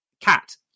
Cat